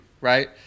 right